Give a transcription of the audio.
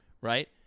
right